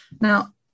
now